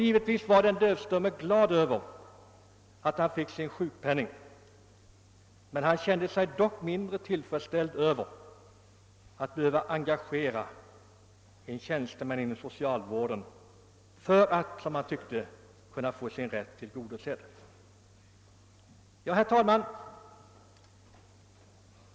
Givetvis var den dövstumme glad över att han erhöll sin sjukpenning, men han kände sig mindre tillfredsställd med att ha varit tvungen att engagera en tjänsteman inom socialvården för att, som han tyckte, få sin rätt tillgodosedd. Herr talman!